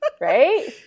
right